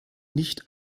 nicht